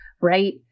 right